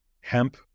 hemp